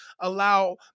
allow